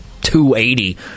280